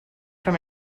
from